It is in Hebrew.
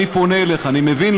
אני פונה אליך: אני מבין,